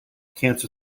cancer